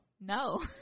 No